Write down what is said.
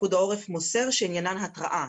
שפיקוד העורף מוסר שעניינן התרעה.